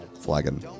flagon